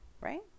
right